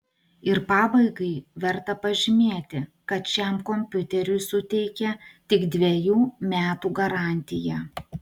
ir pabaigai verta pažymėti kad šiam kompiuteriui suteikia tik dvejų metų garantiją